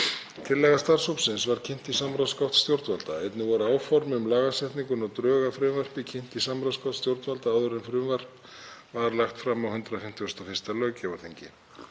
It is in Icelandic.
Tillaga starfshópsins var kynnt í samráðsgátt stjórnvalda. Einnig voru áform um lagasetninguna og drög að frumvarpinu kynnt í samráðsgátt stjórnvalda áður en frumvarp var lagt fram á 151. löggjafarþingi.